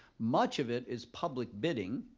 much of it is public bidding.